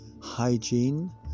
hygiene